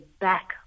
back